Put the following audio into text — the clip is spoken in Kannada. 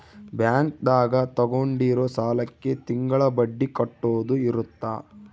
ಬ್ಯಾಂಕ್ ದಾಗ ತಗೊಂಡಿರೋ ಸಾಲಕ್ಕೆ ತಿಂಗಳ ಬಡ್ಡಿ ಕಟ್ಟೋದು ಇರುತ್ತ